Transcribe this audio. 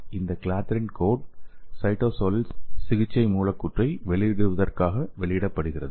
இந்த clathrin coat சைட்டோசோலில் சிகிச்சை மூலக்கூற்றை வெளியிடுவதற்காக வெளியிடப்படுகிறது